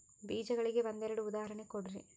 ಬೇಜಗಳಿಗೆ ಒಂದೆರಡು ಉದಾಹರಣೆ ಕೊಡ್ರಿ?